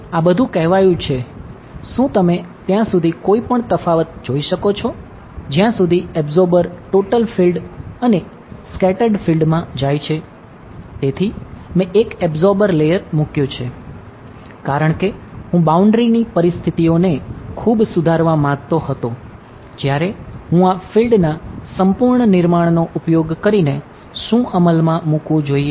આ બધુ કહેવાયું છે શું તમે ત્યાં સુધી કોઈ પણ તફાવત જોઈ શકો છો જ્યાં સુધી એબ્સોર્બર માં રજૂ કર્યું છે તે બદલાશે નહીં તે પર શરૂ થવું જોઈએ